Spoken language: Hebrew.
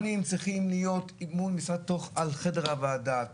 הדיונים צריכים להיות מול משרד תוך על חדר הוועדה,